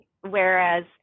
Whereas